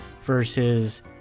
versus